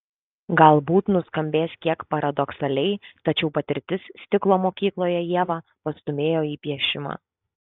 galbūt nuskambės kiek paradoksaliai tačiau patirtis stiklo mokykloje ievą pastūmėjo į piešimą